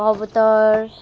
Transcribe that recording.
कबुतर